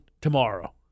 tomorrow